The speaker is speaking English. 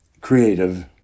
Creative